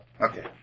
okay